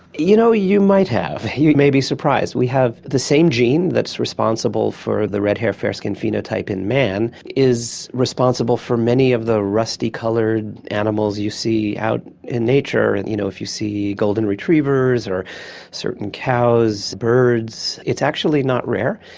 you know, you might have, you may be surprised. the same gene that's responsible for the red hair, fair skin phenotype in man is responsible for many of the rusty coloured animals you see out in nature. and you know, if you see golden retrievers or certain cows, birds, it's actually not rare,